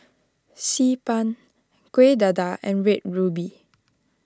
Xi Ban Kueh Dadar and Red Ruby